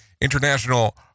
International